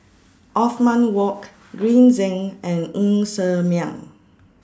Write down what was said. Othman Wok Green Zeng and Ng Ser Miang